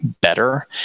better